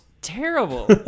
Terrible